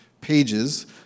pages